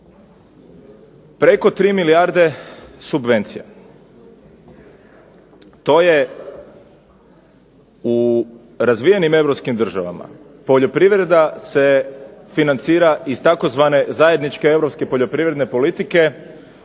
preko 3 milijarde subvencija. To je u razvijenim europskim državama poljoprivreda se financira iz tzv. zajedničke europske poljoprivredne politike